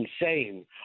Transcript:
insane